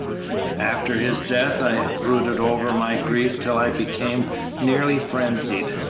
after his death i brooded over my grief till i became nearly frenzied.